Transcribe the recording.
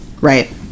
right